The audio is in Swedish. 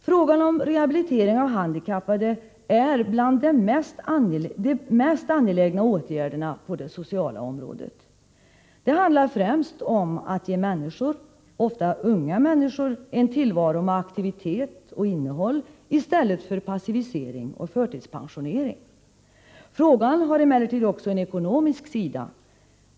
Frågan om rehabilitering av handikappade rör en bland de mest angelägna åtgärderna på det sociala området. Det handlar främst om att ge människor, ofta unga människor, en tillvaro med aktivitet och innehåll i stället för passivisering och förtidspensionering. Frågan har emellertid också en ekonomisk sida.